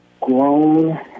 grown